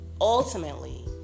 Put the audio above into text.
Ultimately